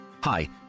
Hi